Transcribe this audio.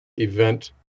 event